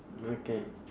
okay